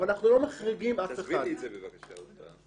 אבל אנחנו לא מחריגים אף אחד.